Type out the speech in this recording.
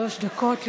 שלוש דקות לרשותך.